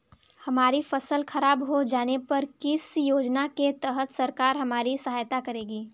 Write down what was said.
हमारी फसल खराब हो जाने पर किस योजना के तहत सरकार हमारी सहायता करेगी?